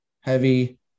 heavy